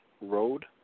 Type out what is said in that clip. Road